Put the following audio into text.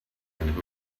and